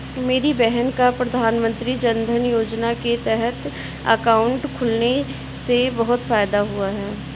मेरी बहन का प्रधानमंत्री जनधन योजना के तहत अकाउंट खुलने से बहुत फायदा हुआ है